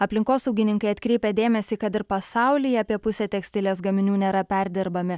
aplinkosaugininkai atkreipė dėmesį kad ir pasaulyje apie pusę tekstilės gaminių nėra perdirbami